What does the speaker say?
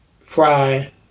Fry